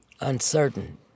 Uncertain